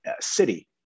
city